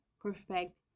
perfect